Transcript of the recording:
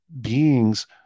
Beings